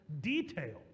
details